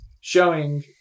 showing